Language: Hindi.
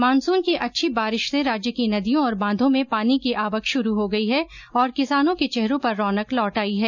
मानसुन की अच्छी बारिश से राज्य की नदियों और बांधो में पानी की आवक शुरू हो गई है और किसानों के चेहरों पर रौनक लौट आई है